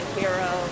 hero